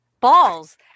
Balls